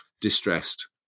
distressed